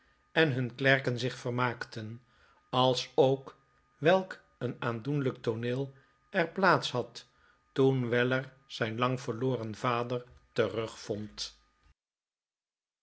en hun klerken zich vermaakten alsook welk een aandoenlijk tooneel er plaats had toen weller zijn lang verloren vader terugvond